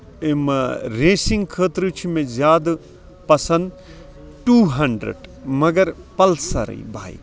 یِم ریسِنگ خٲطرٕ چھِ مےٚ زیادٕ پَسند ٹوٗ ہَنڈرَڈ مَگر پَلسرٕے بایک